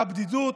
הבדידות,